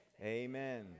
Amen